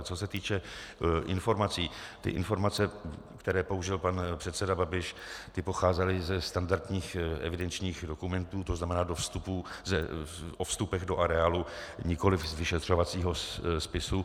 Co se týče informací, ty informace, které použil pan předseda Babiš, pocházely ze standardních evidenčních dokumentů, to znamená o vstupech do areálu, nikoliv z vyšetřovacího spisu.